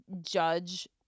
judge